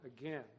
again